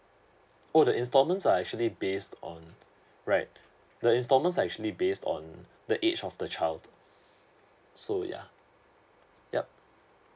oh the installments are actually based on right the installments are actually based on the age of the child so yeah yup